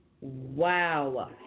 Wow